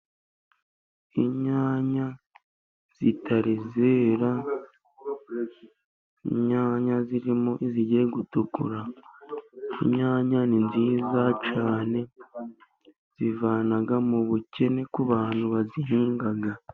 Inyanya zitari zera, inyanya zirimo izigiye gutukura, inyanya ni nziza cyane, zivana mu bukene ku bantu bazihinga.